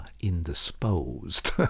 indisposed